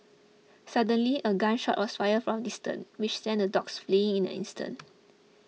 suddenly a gun shot was fired from distance which sent the dogs fleeing in an instant